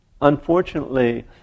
unfortunately